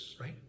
right